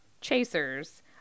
chasers